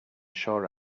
sure